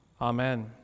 amen